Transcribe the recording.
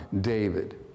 David